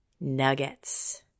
nuggets